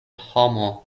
homo